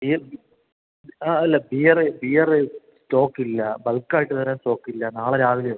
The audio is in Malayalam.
ബിയർ ആ അല്ല ബിയറെ ബിയറ് സ്റ്റോക്കില്ല ബൾക്കായിട്ട് തരാൻ സ്റ്റോക്കില്ല നാളെ രാവിലെ ഉള്ളു